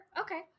Okay